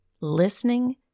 Listening